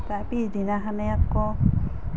তাৰ পিছদিনাখনেই আকৌ